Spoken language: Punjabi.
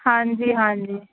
ਹਾਂਜੀ ਹਾਂਜੀ